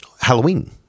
halloween